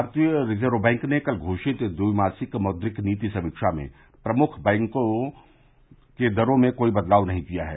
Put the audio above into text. भारतीय reserve bank ने कल घोषित द्विमासिक मौद्रिक नीति समीक्षा में प्रमुख बैंक दरों में कोई बदलाव नहीं किया है